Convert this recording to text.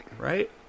Right